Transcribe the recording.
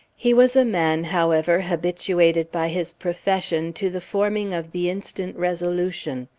he was a man, however, habituated by his profession to the forming of the instant resolution.